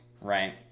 right